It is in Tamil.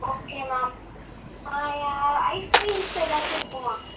ஓகே மேம் ஐஸ்கிரீம்ஸ் எதாச்சும் இருக்குமா